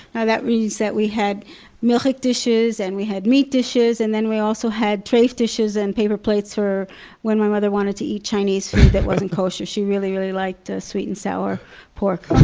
yeah that means that we had milchik dishes, and we had meat dishes, and then we also had treif dishes and paper plates for when my mother wanted to eat chinese food that wasn't kosher. she really really liked ah sweet-n'-sour so pork